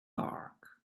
dark